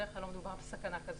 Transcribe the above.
בדרך כלל לא מדובר על סכנה כזאת.